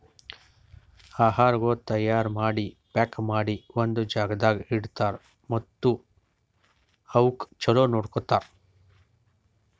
ಆಹಾರಗೊಳ್ ತೈಯಾರ್ ಮಾಡಿ, ಪ್ಯಾಕ್ ಮಾಡಿ ಒಂದ್ ಜಾಗದಾಗ್ ಇಡ್ತಾರ್ ಮತ್ತ ಅವುಕ್ ಚಲೋ ನೋಡ್ಕೋತಾರ್